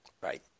Right